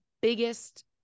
biggest